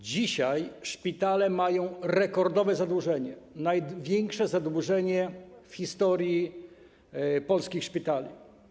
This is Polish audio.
Dzisiaj szpitale mają rekordowe zadłużenie, największe zadłużenie w historii polskich szpitali.